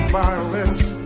violence